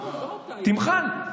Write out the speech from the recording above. תמחל.